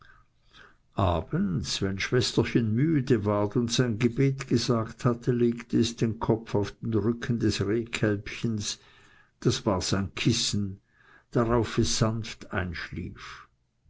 abends wenn schwesterchen müde war und sein gebet gesagt hatte legte es seinen kopf auf den rücken des rehkälbchens das war sein kissen darauf es sanft einschlief